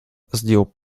zdjął